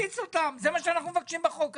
זה מה שאנחנו מבקשים בחוק הזה.